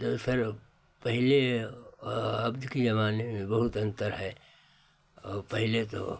दरअसल अब पहले और अबके ज़माने में बहुत अन्तर है और पहले तो